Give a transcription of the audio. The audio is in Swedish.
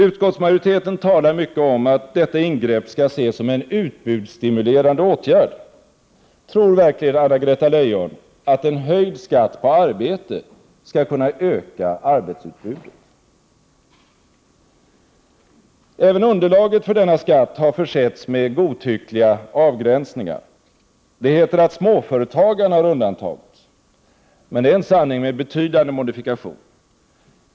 Utskottsmajoriteten talar mycket om att detta ingrepp skall ses som en utbudsstimulerande åtgärd. Tror verkligen Anna-Greta Leijon att en höjd skatt på arbete skall kunna öka arbetsutbudet? Även underlaget för denna skatt har försetts med godtyckliga avgränsningar. Det heter att småföretagarna har undantagits. Men det är en sanning med betydande modifikation.